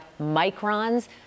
microns